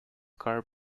car